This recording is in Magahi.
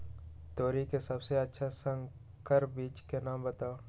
तोरी के सबसे अच्छा संकर बीज के नाम बताऊ?